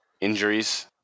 Injuries